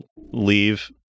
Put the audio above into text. leave